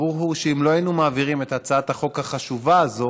ברור שאם לא היינו מעבירים את הצעת החוק החשובה הזאת